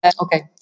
Okay